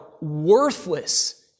worthless